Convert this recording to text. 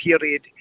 period